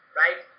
right